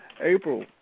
April